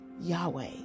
Yahweh